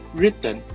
written